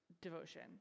Devotion